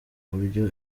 buryo